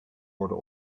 worden